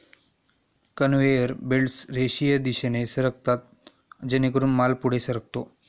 conveyor belts रेषीय दिशेने सरकतात जेणेकरून माल पुढे सरकतो